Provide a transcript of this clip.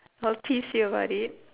I'll tease you about it